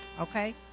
Okay